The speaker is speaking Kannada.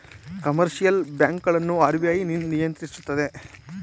ಕಮರ್ಷಿಯಲ್ ಬ್ಯಾಂಕ್ ಗಳನ್ನು ಆರ್.ಬಿ.ಐ ನಿಯಂತ್ರಿಸುತ್ತದೆ